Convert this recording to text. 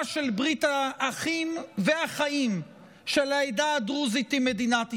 של ברית האחים והחיים של העדה הדרוזית עם מדינת ישראל.